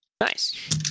Nice